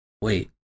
wait